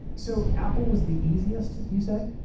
so apple was the easiest, you say?